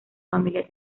familia